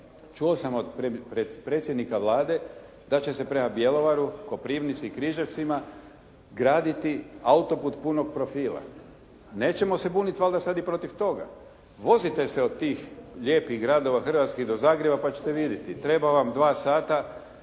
čuo sam od predsjednika Vlade da će se prema Bjelovaru, Koprivnici, Križevcima graditi autoput punog profila. Nećemo se buniti valjda sada i protiv toga? Vozite se do tih lijepih gradova hrvatskih do Zagreba pa ćete vidjeti. Treba vam 2 sata